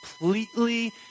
completely